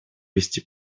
вести